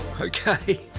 Okay